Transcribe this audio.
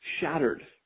shattered